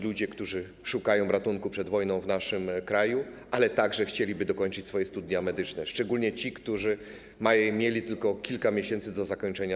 Ludzie szukają ratunku przed wojną w naszym kraju, ale także chcieliby dokończyć studia medyczne, szczególnie ci, którzy mieli tylko kilka miesięcy do ich zakończenia.